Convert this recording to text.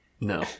no